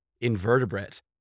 invertebrate